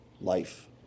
life